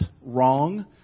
wrong